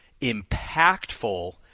impactful